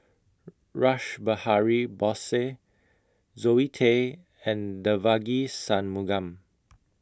Rash Behari Bose Zoe Tay and Devagi Sanmugam